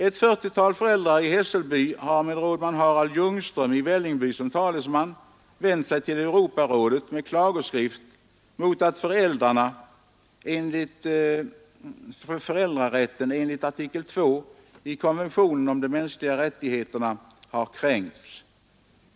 Ett fyrtiotal föräldrar i Hässelby har med rådman Harald Ljungström i Vällingby som talesman vänt sig till Europarådet med klagoskrift mot att föräldrarätten enligt artikel 2 i konventionen om de mänskliga rättigheterna kränkts.